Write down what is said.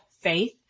faith